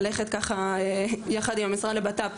ניסינו ללכת פה יחד עם המשרד לביטחון הפנים